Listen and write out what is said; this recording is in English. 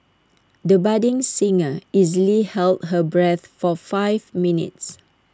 the budding singer easily held her breath for five minutes